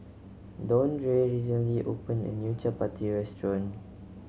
Dondre recently opened a new Chapati restaurant